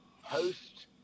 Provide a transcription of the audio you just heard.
host